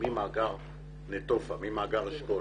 ממאגר נטופה, ממאגר אשכול,